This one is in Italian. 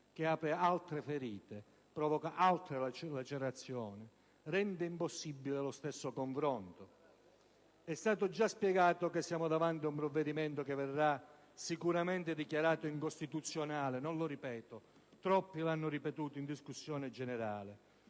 che apre altre ferite, provoca altre lacerazioni, rende impossibile lo stesso confronto. È stato già spiegato che siamo davanti ad un provvedimento che verrà sicuramente dichiarato incostituzionale. Non lo ripeto, troppi lo hanno ripetuto in discussione generale.